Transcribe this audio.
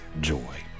joy